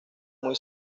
muy